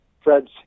Fred's